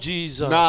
Jesus